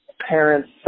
parents